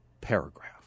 paragraph